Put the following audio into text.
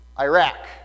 Iraq